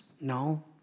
No